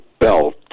belt